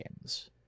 games